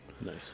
Nice